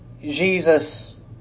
Jesus